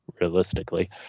realistically